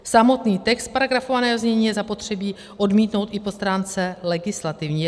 Samotný text paragrafovaného znění je zapotřebí odmítnout i po stránce legislativní.